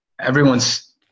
Everyone's